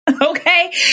Okay